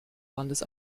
landes